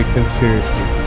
Conspiracy